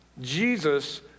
Jesus